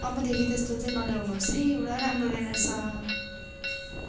अबदेखि त्यस्तो चाहिँ नल्याउनुहोस् है एउटा राम्रो रहेन रहेछ